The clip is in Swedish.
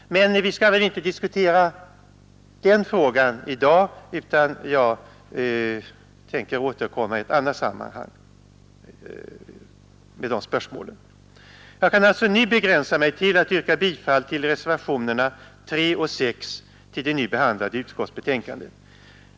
Men vi skall väl inte diskutera den frågan i dag, utan jag tänker återkomma i ett annat sammanhang till de spörsmålen. Jag vill alltså nu begränsa mig till att yrka bifall till reservationerna 3 och 6 vid det nu behandlade utskottsbetänkandet.